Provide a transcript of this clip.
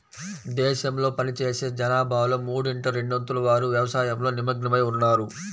దేశంలో పనిచేసే జనాభాలో మూడింట రెండొంతుల వారు వ్యవసాయంలో నిమగ్నమై ఉన్నారు